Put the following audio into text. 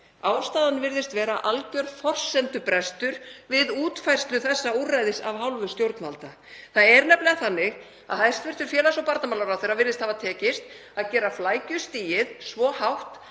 Ástæðan virðist vera alger forsendubrestur við útfærslu þessa úrræðis af hálfu stjórnvalda. Það er nefnilega þannig að hæstv. félags- og barnamálaráðherra virðist hafa tekist að gera flækjustigið svo hátt